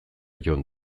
jon